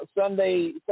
Sunday